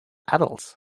adults